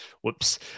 Whoops